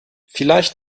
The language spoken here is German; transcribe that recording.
vielleicht